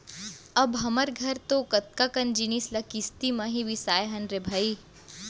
अब हमर घर तो कतका कन जिनिस ल किस्ती म ही बिसाए हन रे भई